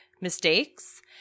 mistakes